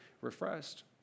refreshed